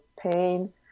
pain